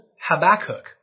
Habakkuk